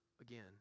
again